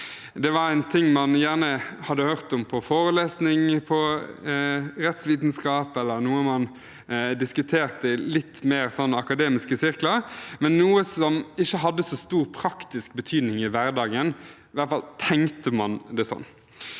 Det var noe man gjerne hadde hørt om på forelesning i rettsvitenskap, noe man diskuterte i litt mer akademiske sirkler, men noe som ikke hadde så stor praktisk betydning i hverdagen. I hvert fall tenkte man det sånn.